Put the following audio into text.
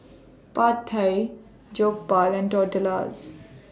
Pad Thai Jokbal and Tortillas